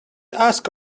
asked